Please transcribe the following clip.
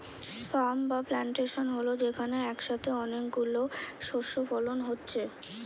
farm বা plantation হল যেখানে একসাথে অনেক গুলো শস্য ফলন হচ্ছে